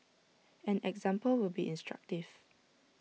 an example would be instructive